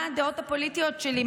מה הדעות הפוליטיות שלי.